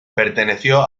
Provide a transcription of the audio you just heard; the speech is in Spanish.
perteneció